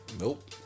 Nope